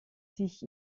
sich